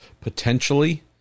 potentially